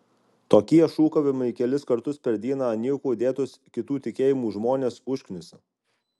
tokie šūkavimai kelis kartus per dieną niekuo dėtus kitų tikėjimų žmones užknisa